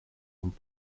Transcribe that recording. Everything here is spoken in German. und